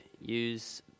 use